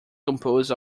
composed